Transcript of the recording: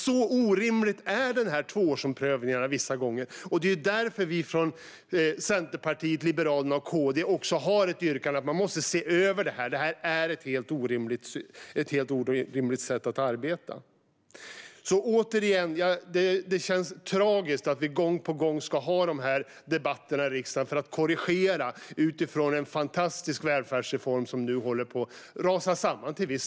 Så orimlig är tvåårsomprövningen vissa gånger. Det är därför vi från Centerpartiet, Liberalerna och KD har ett yrkande om att man måste se över det. Detta är ett helt orimligt sätt att arbeta. Återigen: Det känns tragiskt att vi gång på gång ska ha dessa debatter i riksdagen för att korrigera utifrån en fantastisk välfärdsreform som nu till viss del håller på att rasa samman.